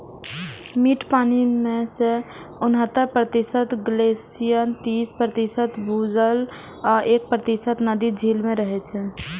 मीठ पानि मे सं उन्हतर प्रतिशत ग्लेशियर, तीस प्रतिशत भूजल आ एक प्रतिशत नदी, झील मे रहै छै